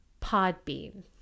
Podbean